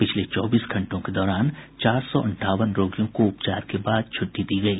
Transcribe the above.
पिछले चौबीस घंटों के दौरान चार सौ अंठावन रोगियों को उपचार के बाद छूट्टी दी गयी